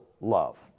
love